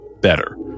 better